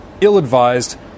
ill-advised